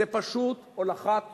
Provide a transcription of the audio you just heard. זו פשוט הולכת שולל.